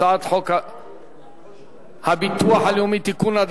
הצעת חוק הביטוח הלאומי (תיקון,